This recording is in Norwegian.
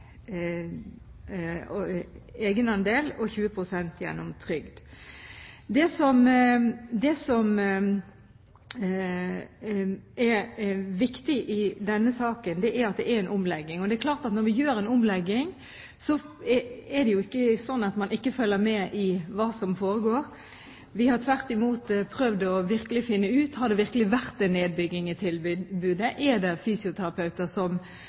egenandel og 20 pst. gjennom trygd. Det som er viktig i denne saken, er at det er en omlegging, og det er klart at når vi gjør en omlegging, er det jo ikke slik at man ikke følger med i hva som foregår. Vi har tvert imot prøvd å finne ut: Har det virkelig vært en nedbygging i tilbudet, er det